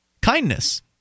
Kindness